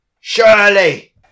Shirley